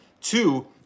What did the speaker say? Two